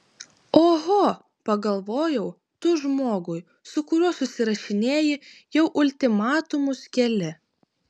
oho pagalvojau tu žmogui su kuriuo susirašinėji jau ultimatumus keli